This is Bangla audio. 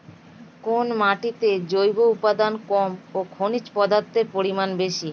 কোন মাটিতে জৈব উপাদান কম ও খনিজ পদার্থের পরিমাণ বেশি?